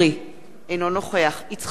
אינו נוכח יצחק אהרונוביץ,